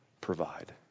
provide